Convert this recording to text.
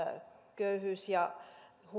köyhyys ja